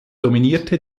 dominierte